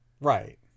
Right